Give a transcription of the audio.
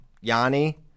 Yanni